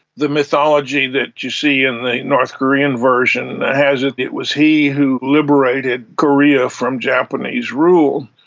the mythology that you see in the north korean version has it it was he who liberated korea from japanese rule,